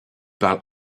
parle